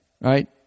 right